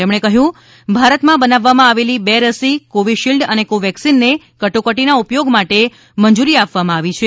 તેમણે કહ્યું કે ભારતમાં બનાવવામાં આવેલી બે રસી કોવિશિલ્ડ અને કોવેક્સિનને કટોકટીના ઉપયોગ માટે મંજૂરી આપવામાં આવી છે